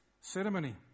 ceremony